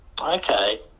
okay